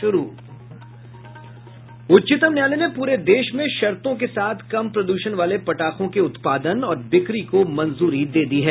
उच्चतम न्यायालय ने पूरे देश में शर्तों के साथ कम प्रद्षण वाले पटाखों के उत्पादन और बिक्री को मंजूरी दे दी है